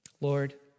Lord